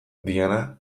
diana